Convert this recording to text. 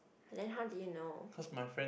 then how do you know